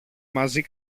μαζί